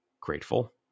Grateful